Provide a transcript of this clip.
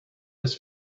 this